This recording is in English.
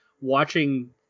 watching